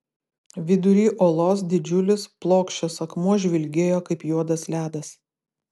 vidury olos didžiulis plokščias akmuo žvilgėjo kaip juodas ledas